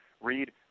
Read